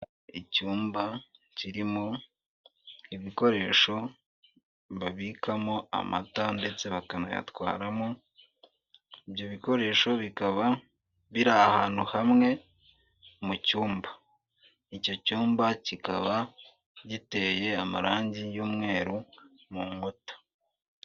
Icyumba kirimo ibikoresho babikamo amata ndetse bakanayatwaramo, ibyo bikoresho bikaba biri ahantu hamwe mu cyumba, icyo cyumba kikaba giteye amarangi y'umweru mu nkuta.